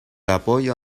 apoyo